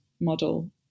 model